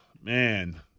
man